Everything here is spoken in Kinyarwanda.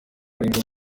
barindwi